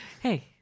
Hey